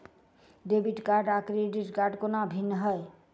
Debit card आ credit कोना भिन्न है?